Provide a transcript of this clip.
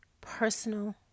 personal